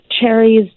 cherries